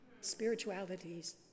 Spiritualities